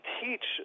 teach